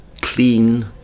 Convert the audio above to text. clean